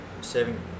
saving